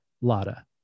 LADA